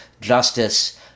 justice